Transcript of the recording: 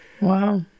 Wow